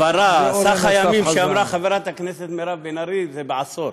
הבהרה: סך הימים שאמרה חברת הכנסת מירב בן ארי זה בעשור,